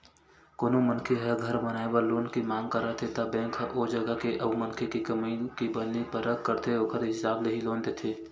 कोनो मनखे ह घर बनाए बर लोन के मांग करत हे त बेंक ह ओ जगा के अउ मनखे के कमई के बने परख करथे ओखर हिसाब ले ही लोन देथे